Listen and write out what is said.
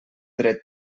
dret